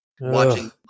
watching